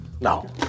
no